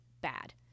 bad